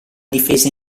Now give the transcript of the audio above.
difesa